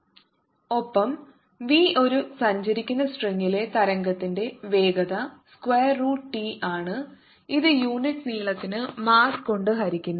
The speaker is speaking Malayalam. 01sin 50t xv ഒപ്പം v ഒരു സഞ്ചരിക്കുന്ന സ്ട്രിംഗിലെ തരംഗത്തിന്റെ വേഗത സ്ക്വയർ റൂട്ട് ടി ആണ് ഇത് യൂണിറ്റ് നീളത്തിന് മാസ്സ് കൊണ്ട് ഹരിക്കുന്നു